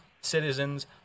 citizens